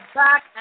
back